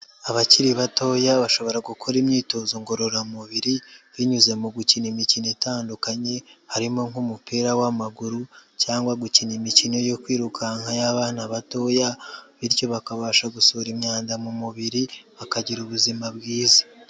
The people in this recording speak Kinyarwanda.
Abakiri batoya bashobora gukora imyitozo ngororamubiri, binyuze mu gukina imikino itandukanye, harimo nk'umupira w'amaguru cyangwa gukina imikino yo kwirukanka y'abana batoya, bityo bakabasha gusohora imyanda mu mubiri, bakagira ubuzima bwiza.